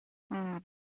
ꯎꯝ